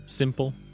Simple